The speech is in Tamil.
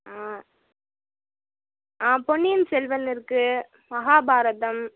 ஆ ஆ பொன்னியின் செல்வன் இருக்கு மகாபாரதம்